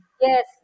yes